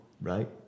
right